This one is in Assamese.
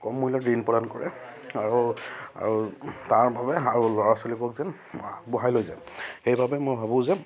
কম মূল্যত দিন প্ৰদান কৰে আৰু আৰু তাৰ বাবে আৰু ল'ৰা ছোৱালীবোৰক যেন আগবঢ়াই লৈ যায় সেইবাবে মই ভাবোঁ যে